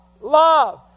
love